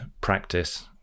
practice